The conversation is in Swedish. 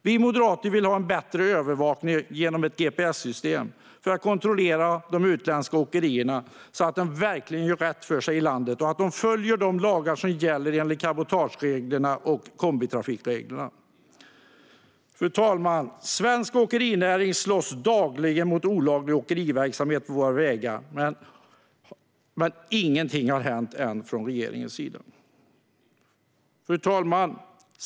Vi moderater vill ha en bättre övervakning genom ett gps-system för att kontrollera att de utländska åkerierna verkligen gör rätt för sig i landet och följer de lagar som gäller enligt cabotagereglerna och kombitrafikreglerna. Fru talman! Svensk åkerinäring slåss dagligen mot olaglig åkeriverksamhet på våra vägar, men ingenting har ännu hänt från regeringens sida. Fru talman!